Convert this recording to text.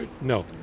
No